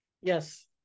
yes